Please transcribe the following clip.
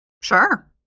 Sure